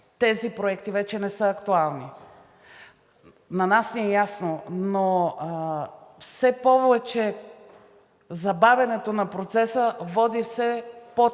тези проекти вече не са актуални. На нас ни е ясно, но все повече забавянето на процеса води все повече